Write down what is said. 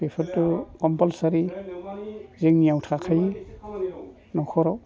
बेफोरथ' कमपालसारि जोंनियाव थाखायो न'खराव